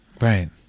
Right